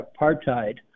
apartheid